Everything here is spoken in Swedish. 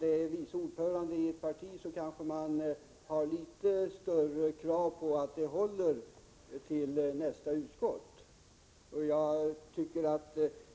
Men om vice ordföranden i ett parti är med, kanske kravet på att överenskommelsen hålls till kommande utskottssammanträde ökar.